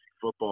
football